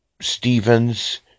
Stevens